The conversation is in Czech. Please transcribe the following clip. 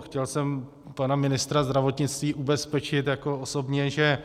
Chtěl jsem pana ministra zdravotnictví ubezpečit jako osobně, že